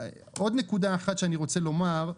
עוד נקודה אחת שאני רוצה לומר,